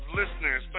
listeners